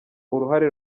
uruhare